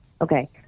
Okay